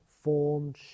formed